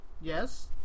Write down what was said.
Yes